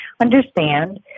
understand